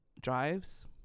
drives